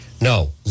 No